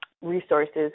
resources